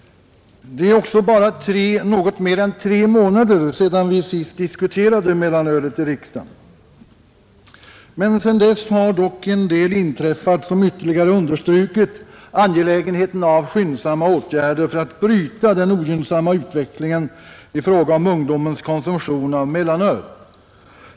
Det är också bara något mer än tre månader sedan vi senast diskuterade mellanölet i riksdagen. Sedan dess har dock en del inträffat som ytterligare understrukit angelägenheten av skyndsamma åtgärder för att bryta den ogynnsamma utvecklingen i fråga om ungdomens konsumtion av mellanöl.